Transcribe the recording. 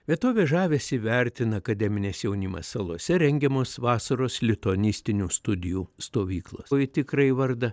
vietovės žavesį vertina akademinis jaunimas salose rengiamos vasaros lituanistinių studijų stovyklos o į tikrąjį vardą